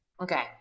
Okay